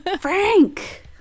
Frank